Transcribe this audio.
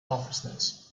offenses